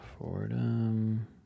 Fordham